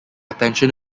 attention